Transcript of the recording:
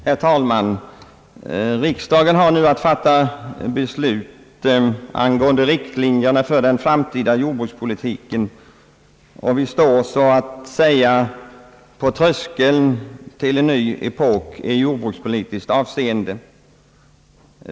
Herr talman! Riksdagen har nu att fatta beslut angående riktlinjerna för den framtida jordbrukspolitiken och vi står så att säga på tröskeln till en ny epok i jordbrukspolitiskt avseende.